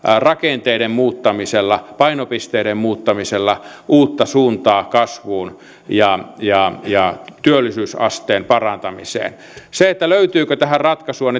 rakenteiden muuttamisella painopisteiden muuttamisella uutta suuntaa kasvuun ja ja työllisyysasteen parantamiseen sitä löytyykö tähän ratkaisua